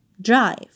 Drive